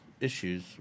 issues